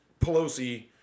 Pelosi